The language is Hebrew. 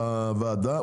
בוועדה,